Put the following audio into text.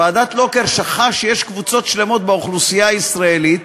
ועדת לוקר שכחה שיש באוכלוסייה הישראלית